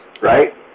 right